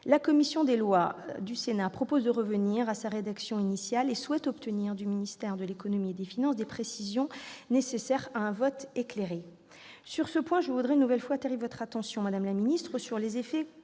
La commission des lois du Sénat propose de revenir à sa rédaction initiale et souhaite obtenir du ministère de l'économie et des finances les précisions nécessaires à un vote éclairé. C'est fait ! Sur ce point, j'attire une nouvelle fois votre attention, madame la garde des sceaux, sur les effets